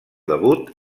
debut